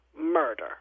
murder